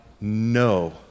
no